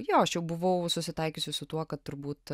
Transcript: jo aš jau buvau susitaikiusi su tuo kad turbūt